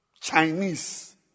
Chinese